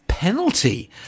penalty